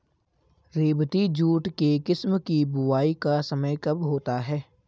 रेबती jute के किस्म की बुवाई का समय कब होता है?